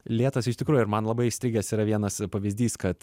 lėtas iš tikrųjų ir man labai įstrigęs yra vienas pavyzdys kad